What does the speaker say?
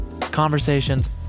conversations